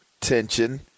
tension